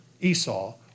Esau